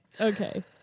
Okay